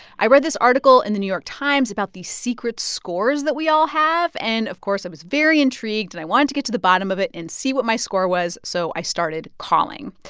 i read this article in the new york times about these secret scores that we all have, and of course, i was very intrigued, and i wanted to get to the bottom of it and see what my score was. so i started calling.